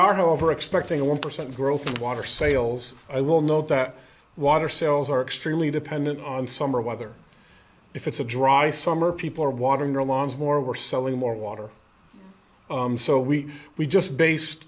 are over expecting a one percent growth in water sales i will note that water sales are extremely dependent on summer weather if it's a dry summer people are watering lawns more we're selling more water so we we just based